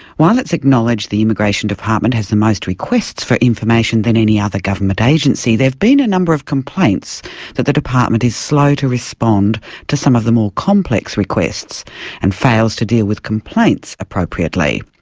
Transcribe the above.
while it's acknowledged the immigration department has the most requests for information than any other government agency, there've been a number of complaints that the department is slow to respond to some of the more complex requests and fails to deal with complaints appropriately.